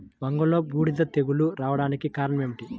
వంగలో బూడిద తెగులు రావడానికి కారణం ఏమిటి?